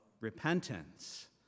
repentance